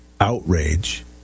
outrage